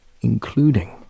including